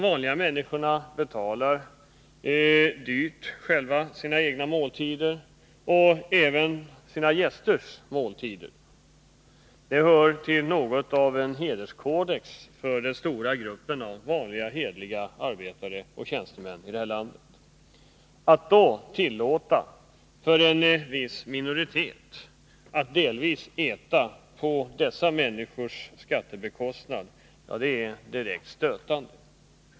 Vanliga människor får själva dyrt betala sina egna måltider och även sina gästers — det är något av en hederskodex för den stora gruppen vanliga, hederliga arbetare och tjänstemän i det här landet. Att då tillåta en viss minoritet att äta delvis på dessa människors bekostnad är direkt stötande.